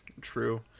True